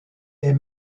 est